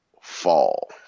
fall